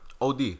OD